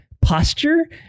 posture